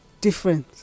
different